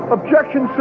objection